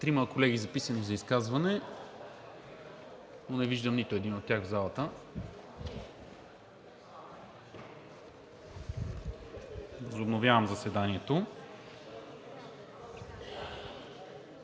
трима колеги, записани за изказване, но не виждам нито един от тях в залата. Възобновявам заседанието.